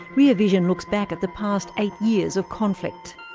rear vision looks back at the past eight years of conflict.